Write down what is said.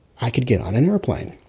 i can get on an airplane!